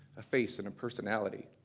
a face, and a personality,